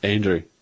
Andrew